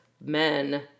men